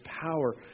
power